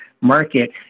market